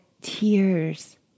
tears